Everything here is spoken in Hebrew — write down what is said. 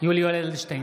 יולי יואל אדלשטיין,